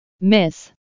miss